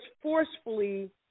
forcefully